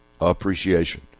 Appreciation